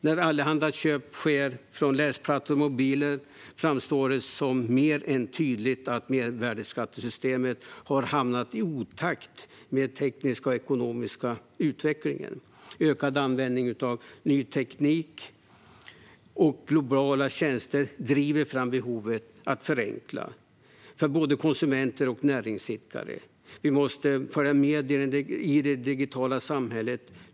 När allehanda köp sker från läsplattor och mobiler framstår det mer än tydligt att mervärdesskattesystemet har hamnat i otakt med den tekniska och ekonomiska utvecklingen. Ökad användning av ny teknik och globala tjänster driver fram behovet av förenkling för både konsumenter och näringsidkare. Vi måste följa med i det digitala samhället.